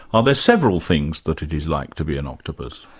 are there several things that it is like to be an octopus?